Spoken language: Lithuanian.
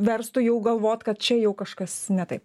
verstų jau galvot kad čia jau kažkas ne taip